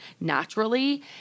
naturally